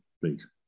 please